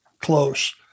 close